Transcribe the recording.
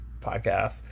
podcast